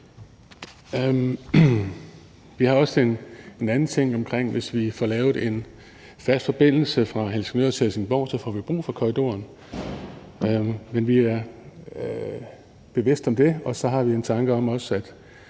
Vi har også en anden ting omkring det. Hvis vi får lavet en fast forbindelse fra Helsingør til Helsingborg, får vi brug for korridoren. Men vi er bevidste om det, og så har vi også en tanke om, at